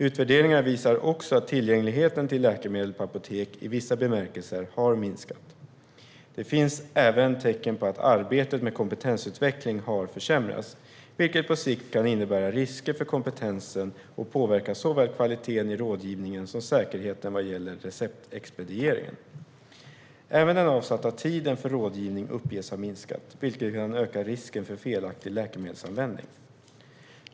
Utvärderingar visar också att tillgängligheten till läkemedel på apotek i vissa bemärkelser har minskat. Det finns även tecken på att arbetet med kompetensutveckling har försämrats, vilket på sikt kan innebära risker för kompetensen och påverka såväl kvaliteten i rådgivningen som säkerheten vad gäller receptexpedieringen. Även den avsatta tiden för rådgivning uppges ha minskat, vilket kan öka risken för felaktig läkemedelsanvändning.